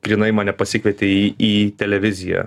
grynai mane pasikvietė į į televiziją